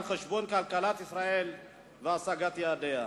על חשבון כלכלת ישראל והשגת יעדיה.